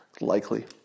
likely